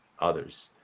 others